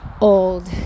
old